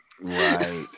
Right